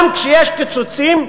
גם כשיש קיצוצים,